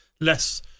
less